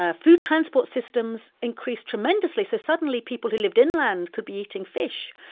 ah food transport systems increased tremendously. so suddenly, people who lived inland could be eating fish,